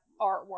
artwork